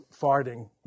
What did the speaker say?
farting